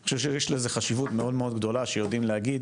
אני חושב שיש לזה חשיבות מאוד-מאוד גדולה שיודעים להגיד